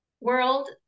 world